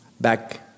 back